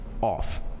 off